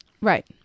Right